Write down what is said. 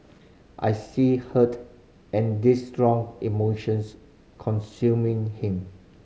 I see hurt and this strong emotions consuming him